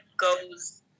goes